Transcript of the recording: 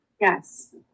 Yes